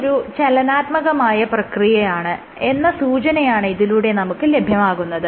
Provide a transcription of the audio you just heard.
ഇതൊരു ചലനാത്മകമായ പ്രക്രിയയാണ് എന്ന സൂചനയാണ് ഇതിലൂടെ നമുക്ക് ലഭ്യമാകുന്നത്